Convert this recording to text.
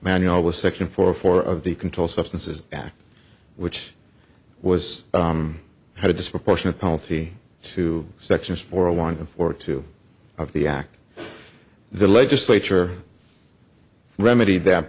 manual was section four four of the controlled substances act which was had a disproportionate penalty two sections for a one or two of the act the legislature remedy that